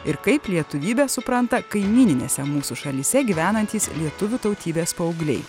ir kaip lietuvybę supranta kaimyninėse mūsų šalyse gyvenantys lietuvių tautybės paaugliai